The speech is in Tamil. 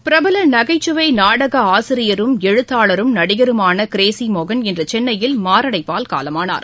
பிரபலநகைச்சுவைநாடகஆசிரியரும் எழுத்தாளரும் நடிகருமான கிரேஸிமோகன் இன்றுசென்னையில் மாரடைப்பால் காலமானார்